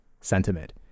sentiment